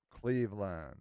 Cleveland